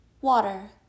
water